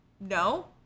No